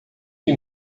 que